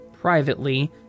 privately